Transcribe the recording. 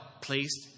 placed